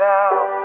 out